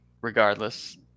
regardless